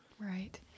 Right